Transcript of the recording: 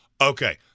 Okay